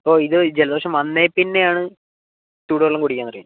ഇപ്പോൾ ഇത് ജലദോഷം വന്നതിൽ പിന്നെയാണ് ചൂട് വെള്ളം കുടിക്കാൻ തുടങ്ങിയത്